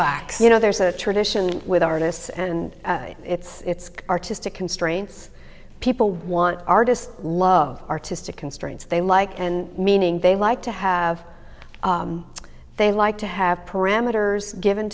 box you know there's a tradition with artists and it's artistic constraints people want artists love artistic constraints they like and meaning they like to have they like to have parameters given